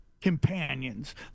companions